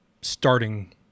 starting